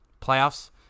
playoffs